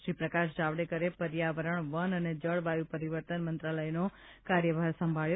શ્રી પ્રકાશ જાવડેકરે પરર્યાવરણ વન અને જળ વાય્ર પરિવર્તન મંત્રાલયનો કાર્યભાર સંભાળયો